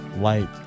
light